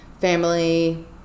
family